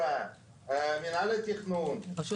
אין שירות לתושבים, ובסוף